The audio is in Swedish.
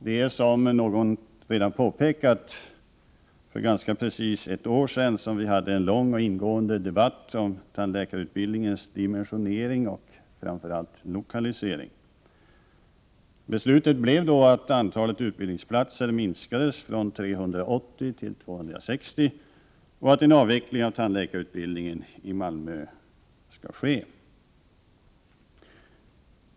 Det är, som någon redan påpekat, ganska precis ett år sedan vi här i riksdagen förde en lång och ingående debatt om tandläkarutbildningens dimensionering och, framför allt, lokalisering. Beslutet då blev att antalet utbildningsplatser skall minskas från 380 till 260 och att en avveckling av tandläkarutbildningen i Malmö skall ske.